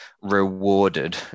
rewarded